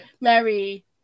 Mary